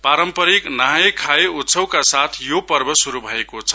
पारम्परिक नहाय खाये उत्सवका साथ यो पर्व शुरु भएको छ